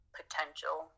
potential